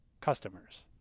customers